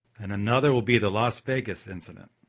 and another will be the las vegas incident.